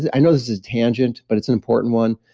yeah i know this is tangent, but it's an important one.